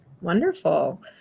Wonderful